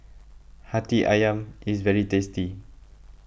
Hati Ayam is very tasty